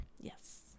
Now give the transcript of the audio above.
Yes